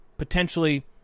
potentially